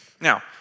Now